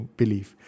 belief